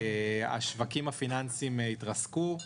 השווקים הפיננסיים התרסקו.